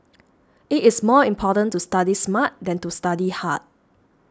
it is more important to study smart than to study hard